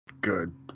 good